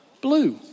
blue